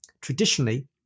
traditionally